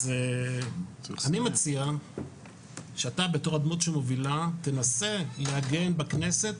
אני מציע שאתה בתור הדמות שמובילה תנסה לעגן בכנסת